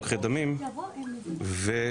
לוקחי דמים,